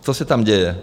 Co se tam děje?